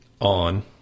on